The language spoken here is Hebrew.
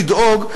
לדאוג,